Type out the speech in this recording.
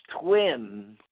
twin